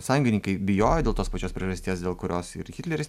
sąjungininkai bijojo dėl tos pačios priežasties dėl kurios ir hitleris